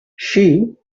she